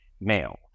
male